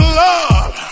love